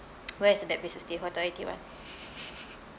where is a bad place to stay hotel eighty one